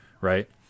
right